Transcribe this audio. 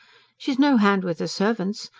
she's no hand with the servants,